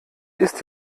ist